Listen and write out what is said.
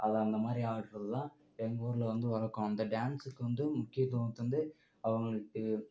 அதை அந்தமாதிரி ஆடுறதுதான் எங்கள் ஊரில் வந்து வழக்கம் அந்த டான்ஸுக்கு வந்து முக்கியத்துவம் தந்து அவங்களுக்கு